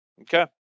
Okay